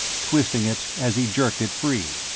twisting it as he jerked it free.